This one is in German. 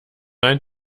ein